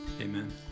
Amen